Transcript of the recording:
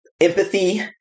empathy